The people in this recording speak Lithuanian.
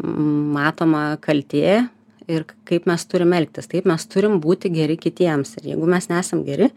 matoma kaltė ir kaip mes turime elgtis taip mes turim būti geri kitiems ir jeigu mes nesam geri